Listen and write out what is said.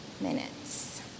minutes